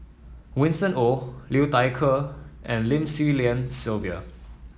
Winston Oh Liu Thai Ker and Lim Swee Lian Sylvia